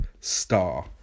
star